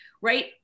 Right